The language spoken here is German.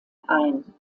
ein